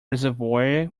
reservoir